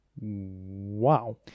Wow